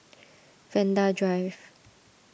Vanda Drive